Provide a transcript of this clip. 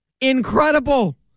Incredible